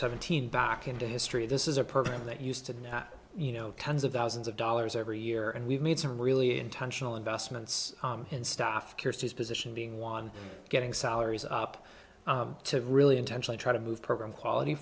seventeen back into history this is a program that used to now have you know tens of thousands of dollars every year and we've made some really intentional investments in staff here's his position being one getting salaries up to really intentionally try to move program quality